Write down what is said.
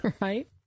Right